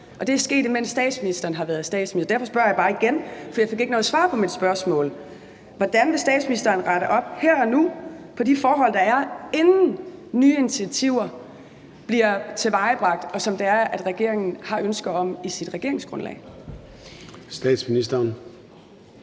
Og det er sket, mens statsministeren har været statsminister. Derfor spørger jeg bare igen, for jeg fik ikke noget svar på mit spørgsmål: Hvordan vil statsministeren her og nu rette op på de forhold, inden nye initiativer bliver tilvejebragt – initiativer, som regeringen har ønske om i sit regeringsgrundlag? Kl.